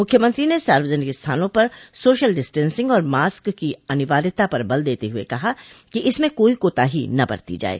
मुख्यमंत्री ने सार्वजनिक स्थानों पर सोशल डिस्टेंसिंग और मास्क की अनिवार्यता पर बल देते हुए कहा कि इसमें कोई कोताही न बरती जाये